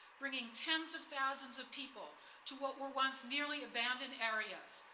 bringing tens of thousands of people to what were once nearly abandoned areas,